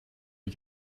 you